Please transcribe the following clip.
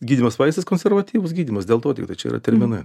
gydymas vaistais konservatyvus gydymas dėl to tik tai čia yra terminai